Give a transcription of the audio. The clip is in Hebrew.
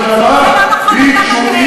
וככה זה כל הזמן.